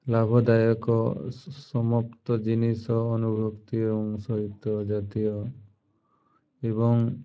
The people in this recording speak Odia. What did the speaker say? ଲାଭଦାୟକ ସମାପ୍ତ ଜିନିଷ ଅନୁଭୁତି ଏବଂ ସହିତ ଜାତୀୟ ଏବଂ